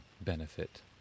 benefit